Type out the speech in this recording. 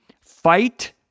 fight